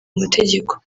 amategeko